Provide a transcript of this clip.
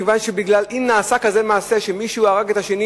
כיוון שאם נעשה כזה מעשה שמישהו הרג את השני